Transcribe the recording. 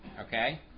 Okay